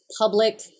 public